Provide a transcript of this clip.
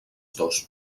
dos